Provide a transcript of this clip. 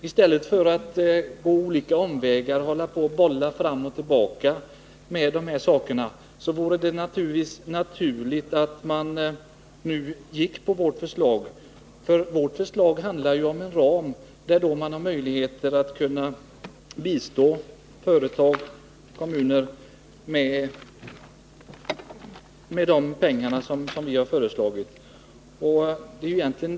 I stället för att gå olika omvägar och hålla på och bolla fram och tillbaka med de här sakerna vore det naturligt att motionärerna nu anslöt sig till vårt förslag. Vi föreslår ju en ram som medger bistånd till företag och kommuner.